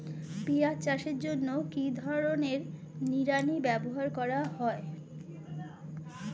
পিঁয়াজ চাষের জন্য কি ধরনের নিড়ানি ব্যবহার করা হয়?